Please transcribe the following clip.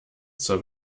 zur